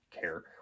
care